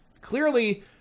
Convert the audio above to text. Clearly